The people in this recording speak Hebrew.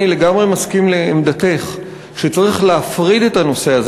אני לגמרי מסכים לעמדתך שצריך להפריד את הנושא הזה